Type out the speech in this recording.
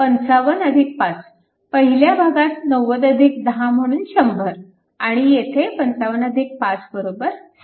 पहिल्या भागात 9010 म्हणून 100 आणि येथे 555 60